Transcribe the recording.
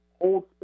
hold